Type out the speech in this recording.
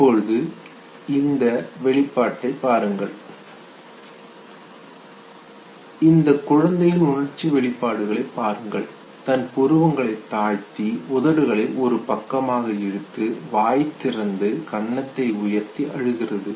இப்போது இந்த வெளிப்பாட்டைப் பாருங்கள் இந்த குழந்தையின் உணர்ச்சி வெளிப்பாடுகளை பாருங்கள் தன் புருவங்களை தாழ்த்தி உதடுகளை ஒரு பக்கமாக இழுத்து வாய் திறந்து கன்னத்தை உயர்த்தி அழுகிறது